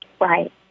Right